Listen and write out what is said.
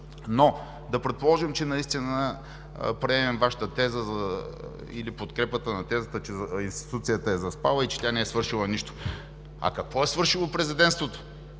Но да предположим, че наистина приемем Вашата теза или подкрепата на тезата, че институцията е заспала и че тя не е свършила нищо, а какво е свършило Президентството?